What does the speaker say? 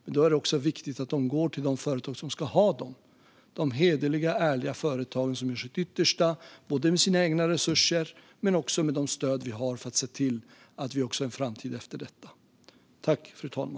Därför är det viktigt att de går till de företag som ska ha dem - de hederliga och ärliga företag som gör sitt yttersta med både sina egna resurser och de stöd som ska se till att vi har en framtid också efter detta.